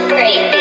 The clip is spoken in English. Great